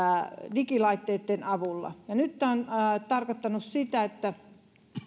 digilaitteitten avulla nyt tämä on tarkoittanut sitä että